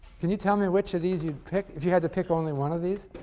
can you tell me which of these you'd pick if you had to pick only one of these?